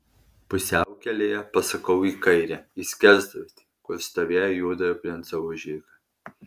pusiaukelėje pasukau į kairę į skersgatvį kur stovėjo juodojo princo užeiga